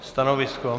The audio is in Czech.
Stanovisko?